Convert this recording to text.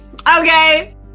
Okay